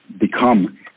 become